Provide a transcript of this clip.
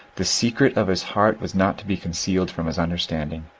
the secret of his heart was not to be concealed from his understanding.